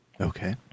Okay